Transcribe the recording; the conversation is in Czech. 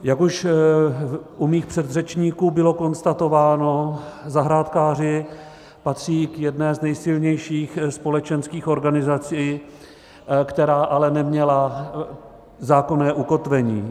Jak už u mých předřečníků bylo konstatováno, zahrádkáři patří k jedné z nejsilnější společenských organizací, která ale neměla zákonné ukotvení.